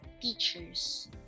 teachers